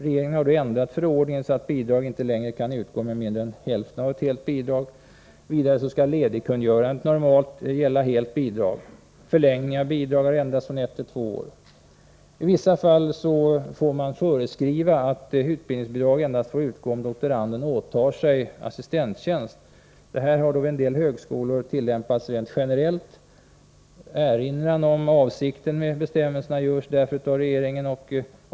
Regeringen har därför ändrat förordningen så, att bidrag inte längre kan utgå med mindre än hälften av ett helt bidrag. Vidare skall ledigkungörandet normalt gälla helt bidrag. Tiden för förlängning av bidrag har ändrats från ett till två år. I vissa fall får det föreskrivas att utbildningsbidrag endast får utgå om doktoranden åtar sig assistenttjänst. Detta har vid en del högskolor tillämpats rent generellt. Erinran om avsikten med bestämmelserna görs därför av regeringen.